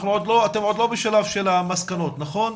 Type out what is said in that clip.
אתם עוד לא בשלב המסקנות, נכון?